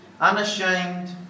unashamed